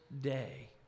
day